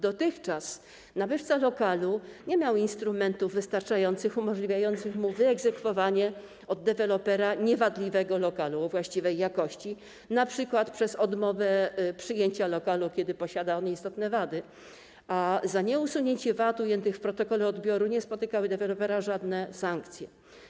Dotychczas nabywca lokalu nie miał wystarczających instrumentów umożliwiających mu wyegzekwowanie od dewelopera niewadliwego lokalu o właściwej jakości, np. przez odmowę przyjęcia lokalu, kiedy posiada on istotne wady, a za nieusunięcie wad ujętych w protokole odbioru nie spotykały dewelopera żadne sankcje.